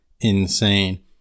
insane